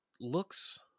looks